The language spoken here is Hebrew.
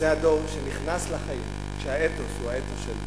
זה הדור שנכנס לחיים כשהאתוס הוא האתוס של מולדת,